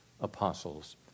apostles